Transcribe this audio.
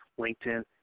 LinkedIn